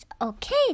okay